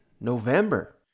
November